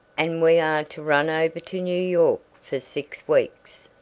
and we are to run over to new york for six weeks.